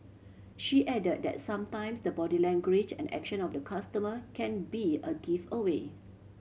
she added that sometimes the body language and action of the customer can be a giveaway